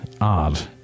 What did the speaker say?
odd